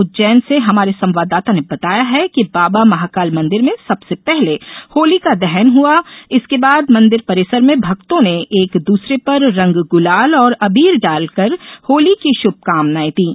उज्जैन से हमारे संवाददाता ने बताया है कि बाबा महाकाल मंदिर में सबसे पहले होलिका दहन हुआ इसके बाद मंदिर परिसर में भक्तों ने एक दूसरे पर रंग गुलाल और अबीर डालकर होली की शुभकामनाएं दीं